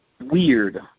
weird